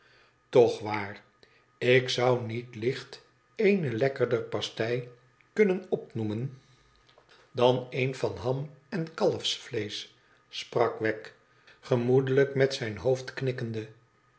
toch waar i ik zou niet licht eene lekkerder pastei kunnen opnoemen dan een van ham en kalfsvleesch sprak wegg gemoedelijk met zija hoofd